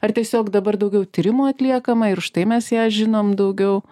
ar tiesiog dabar daugiau tyrimų atliekama ir už tai mes ją žinom daugiau